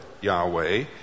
Yahweh